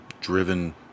driven